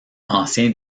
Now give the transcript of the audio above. ancien